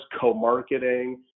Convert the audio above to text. co-marketing